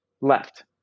left